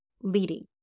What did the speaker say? leading